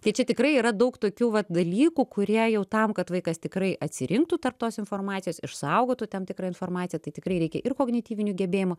tai čia tikrai yra daug tokių vat dalykų kurie jau tam kad vaikas tikrai atsirinktų tarp tos informacijos išsaugotų tam tikrą informaciją tai tikrai reikia ir kognityvinių gebėjimų